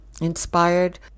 inspired